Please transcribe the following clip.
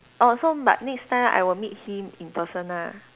orh so but next time I will meet him in person ah